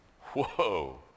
Whoa